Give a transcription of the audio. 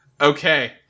Okay